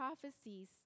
prophecies